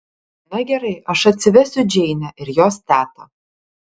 na gerai aš atsivesiu džeinę ir jos tetą